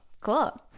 cool